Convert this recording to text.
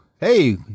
hey